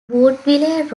woodville